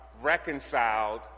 reconciled